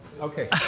Okay